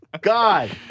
God